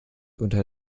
unter